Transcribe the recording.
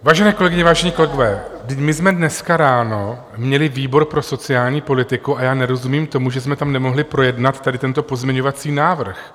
Vážené kolegyně, vážení kolegové, my jsme dneska ráno měli výbor pro sociální politiku a já nerozumím tomu, že jsme tam nemohli projednat tady tento pozměňovací návrh.